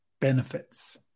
benefits